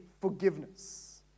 forgiveness